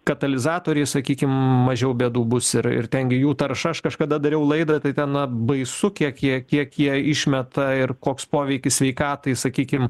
katalizatoriais sakykim mažiau bėdų bus ir ir ten gi jų tarša aš kažkada dariau laidą tai ten na baisu kiek jie kiek jie išmeta ir koks poveikis sveikatai sakykim